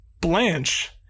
blanche